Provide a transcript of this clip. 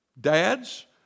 Dads